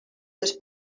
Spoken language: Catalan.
les